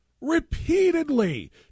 repeatedly